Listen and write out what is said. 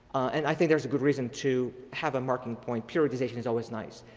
and i think there's a good reason to have a marking point. periodization is always nice.